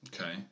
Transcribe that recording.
Okay